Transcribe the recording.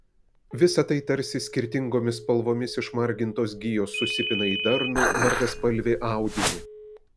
visa tai tarsi skirtingomis spalvomis išmargintos gijos susipina į darnų margaspalvį audinį